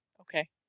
Okay